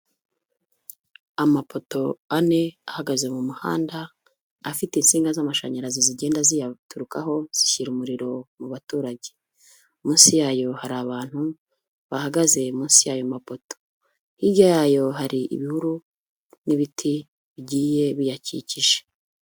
Amapoto ane ahagaze mu muhanda afite insinga z'amashanyarazi zigenda ziyaturukaho zishyira umuriro mu baturage, munsi yayo hari abantu bahagaze munsi y'ayo mapoto, hirya yayo hari ibihuru n'ibiti bigiye biyakikije.